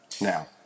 Now